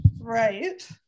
right